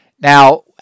Now